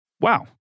Wow